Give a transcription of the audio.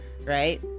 right